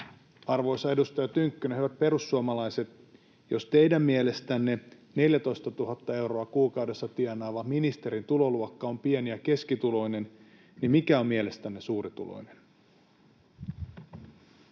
Arvoisa edustaja Tynkkynen, hyvät perussuomalaiset, jos teidän mielestänne 14 000 euroa kuukaudessa tienaava ministerin tuloluokka on pieni‑ ja keskituloinen, niin mikä on mielestänne suurituloinen?